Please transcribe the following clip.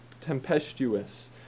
tempestuous